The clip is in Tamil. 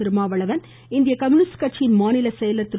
திருமாவளவன் இந்திய கம்யூனிஸ்ட் கட்சியின் மாநில செயலர் திரு